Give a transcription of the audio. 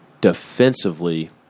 defensively